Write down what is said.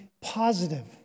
positive